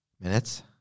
minutes